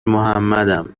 محمدم